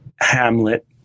Hamlet